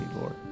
Lord